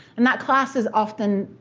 and that class is often,